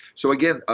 so again,